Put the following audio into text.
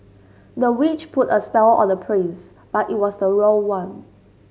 the witch put a spell on the prince but it was the wrong one